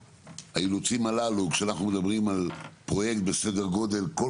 האילוצים הללו כשאנחנו מדברים על פרויקט בסדר גודל כל